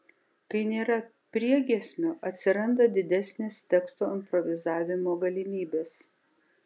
kai nėra priegiesmio atsiranda didesnės teksto improvizavimo galimybės